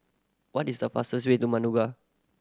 what is the fastest way to Managua